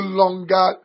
longer